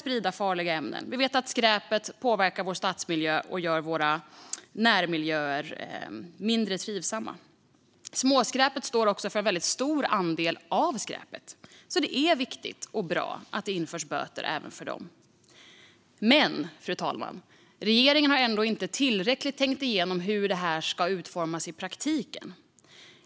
Vi vet också att skräpet påverkar vår stadsmiljö och gör våra närmiljöer mindre trivsamma. Småskräpet står dessutom för en väldigt stor andel av skräpet, så det är viktigt och bra att det införs böter även för detta. Fru talman! Regeringen har dock inte tillräckligt tänkt igenom hur detta ska utformas i praktiken.